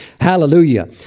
Hallelujah